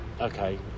Okay